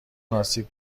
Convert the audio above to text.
آسیب